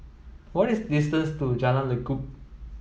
what is distance to Jalan Lekub